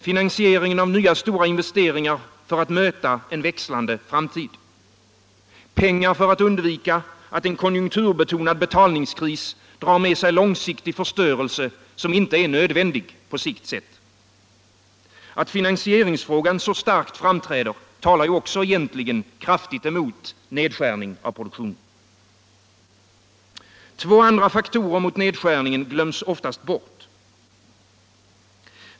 Finansiering av nya stora investeringar för att möta en växlande framtid. Pengar för att undvika att en konjunkturbetonad betalningskris drar med sig långsiktig förstörelse som inte är nödvändig. Att finansieringsfrågan så starkt framträder talar egentligen kraftigt emot nedskärning av produktionen. Två andra faktorer mot nedskärningen glöms oftast bort.